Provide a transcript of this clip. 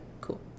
Cool